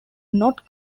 not